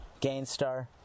Gainstar